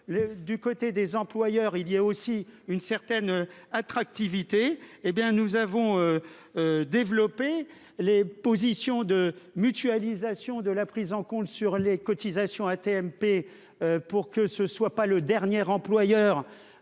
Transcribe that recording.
du côté des employeurs, il y a aussi une certaine attractivité, hé bien nous avons. Développé les positions de mutualisation de la prise en compte sur les cotisations. AT-MP pour que ce soit pas le dernier employeur